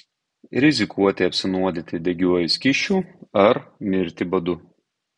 rizikuoti apsinuodyti degiuoju skysčiu ar mirti badu